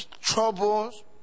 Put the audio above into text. Troubles